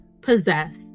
possess